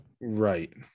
right